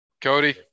cody